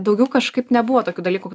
daugiau kažkaip nebuvo tokių dalykų